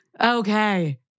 Okay